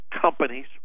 companies